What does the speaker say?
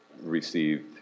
received